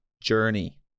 journey